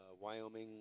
Wyoming